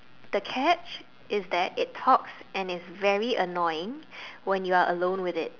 the catch is that it talks and is very annoying when you are alone with it